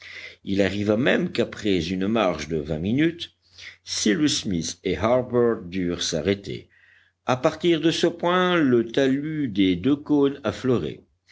il arriva même qu'après une marche de vingt minutes cyrus smith et harbert durent s'arrêter à partir de ce point le talus des deux cônes